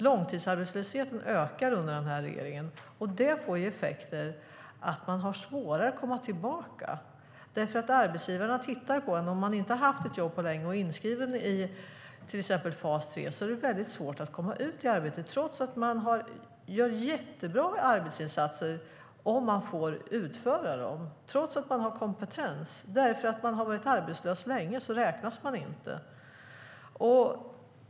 Långtidsarbetslösheten ökar under den här regeringen. Effekten blir att man har svårare att komma tillbaka. Arbetsgivarna tittar på en. Om man inte har haft ett jobb på länge och är inskriven i till exempel fas 3 är det väldigt svårt att komma ut i arbete, trots att man gör jättebra arbetsinsatser om man får utföra dem och trots att man har kompetens. Har man varit arbetslös länge räknas man inte.